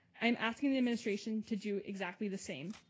i'm asking the administration to do exactly the same.